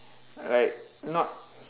like not